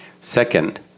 Second